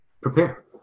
prepare